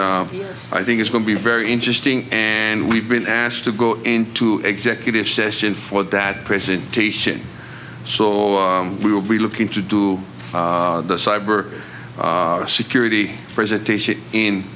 which i think is going to be very interesting and we've been asked to go into executive session for that presentation so we will be looking to do the cyber security presentation in